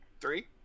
three